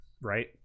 right